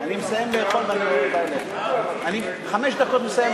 ההצעה להסיר את הנושא מסדר-היום של הכנסת